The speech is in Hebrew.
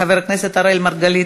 חבר הכנסת אראל מרגלית,